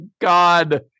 God